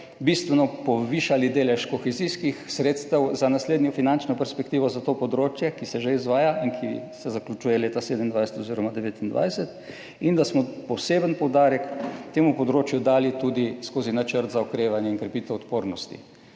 bistveno povišali delež kohezijskih sredstev za naslednjo finančno perspektivo za to področje, ki se že izvaja in ki se zaključuje leta 2027 oziroma 2029. In da smo poseben poudarek temu področju dali tudi skozi načrt za okrevanje in krepitev odpornosti.